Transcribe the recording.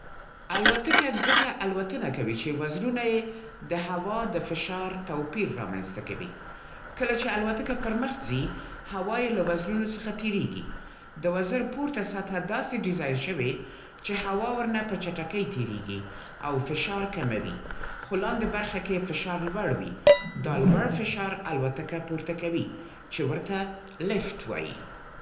الوتکه ځکه الوتنه کوي چې وزرونه یې د هوا د فشار توپیر رامنځته کوي. کله چې الوتکه پر مخ ځي، هوا یې له وزرونو څخه تېرېږي. د وزر پورته سطحه داسې ډیزاین شوې چې هوا ورنه په چټکۍ تېرېږي او فشار کموي. خو لاندې برخه کې فشار لوړ وي. دا لوړ فشار الوتکه پورته کوي، چې ورته «لفت» وایي.